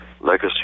legacy